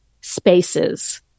spaces